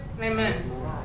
Amen